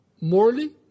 morally